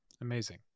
amazing